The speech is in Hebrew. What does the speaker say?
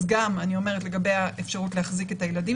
אז אני אומרת לגבי האפשרות להחזיק את הילדים